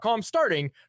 starting